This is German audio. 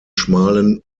schmalen